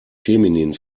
feminin